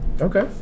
Okay